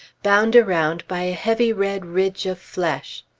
bound around by a heavy red ridge of flesh!